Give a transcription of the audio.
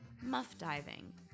muff-diving